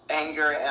anger